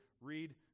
read